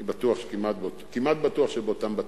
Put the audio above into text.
אני כמעט בטוח שבאותם בתי-ספר,